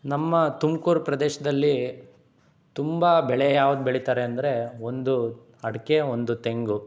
ನಮ್ಮ ತುಮ್ಕೂರು ಪ್ರದೇಶದಲ್ಲಿ ತುಂಬ ಬೆಳೆ ಯಾವ್ದು ಬೆಳೀತಾರೆ ಅಂದರೆ ಒಂದು ಅಡಿಕೆ ಒಂದು ತೆಂಗು